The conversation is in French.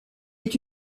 est